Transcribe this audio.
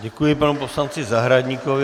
Děkuji panu poslanci Zahradníkovi.